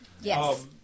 Yes